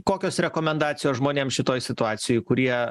kokios rekomendacijos žmonėms šitoj situacijoj kurie